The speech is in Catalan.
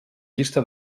llista